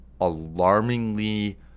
alarmingly